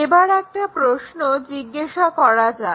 এবার একটা প্রশ্ন জিজ্ঞাসা করা যাক